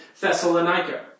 Thessalonica